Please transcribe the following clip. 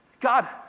God